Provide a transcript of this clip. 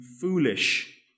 foolish